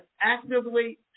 actively